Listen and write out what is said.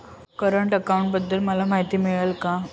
Current अकाउंटबद्दल मला माहिती मिळेल का?